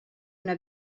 una